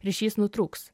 ryšys nutrūks